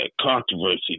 controversy